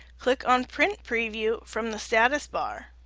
click on print preview from the status bar,